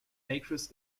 acres